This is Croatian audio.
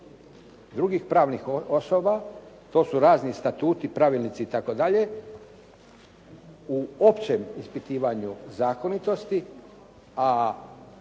drugih pravnih osoba, to su razni statuti, pravilnici itd. u općem ispitivanju zakonitosti, a